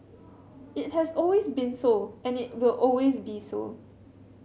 it has always been so and it will always be so